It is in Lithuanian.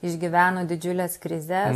išgyveno didžiules krizes